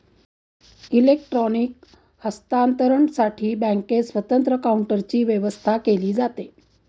electronic हस्तांतरणसाठी बँकेत स्वतंत्र काउंटरची व्यवस्था केली जाते